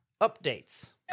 updates